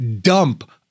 dump